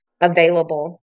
available